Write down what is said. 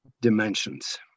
dimensions